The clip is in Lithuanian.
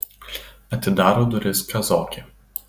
atidaro duris kazokė